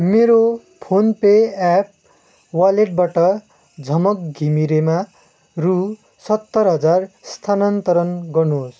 मेरो PhonePe app वालेटबाट झमक घिमिरेमा रु सत्तर हजार स्थानान्तरण गर्नुहोस्